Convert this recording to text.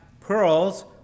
pearls